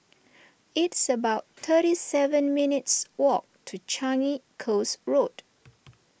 it's about thirty seven minutes' walk to Changi Coast Road